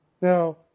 Now